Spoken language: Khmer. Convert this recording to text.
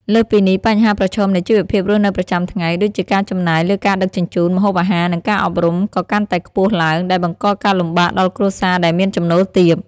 លើសពីនេះ បញ្ហាប្រឈមនៃជីវភាពរស់នៅប្រចាំថ្ងៃ ដូចជាការចំណាយលើការដឹកជញ្ជូន ម្ហូបអាហារ និងការអប់រំ ក៏កាន់តែខ្ពស់ឡើង ដែលបង្កការលំបាកដល់គ្រួសារដែលមានចំណូលទាប។